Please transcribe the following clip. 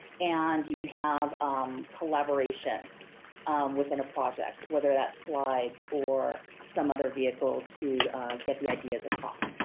and you can have collaboration within a project, whether that's slides, or some other vehicle to get the ideas across.